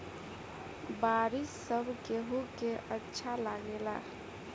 बारिश सब केहू के अच्छा लागेला